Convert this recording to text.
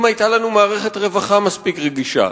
אם היתה לנו מערכת רווחה מספיק רגישה,